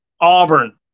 Auburn